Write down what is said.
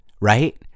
Right